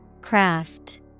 Craft